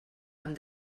amb